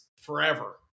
forever